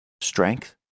strength